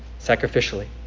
sacrificially